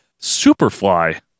Superfly